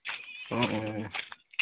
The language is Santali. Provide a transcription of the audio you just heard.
ᱚᱻ